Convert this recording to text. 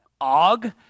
Og